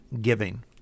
giving